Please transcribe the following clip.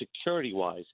security-wise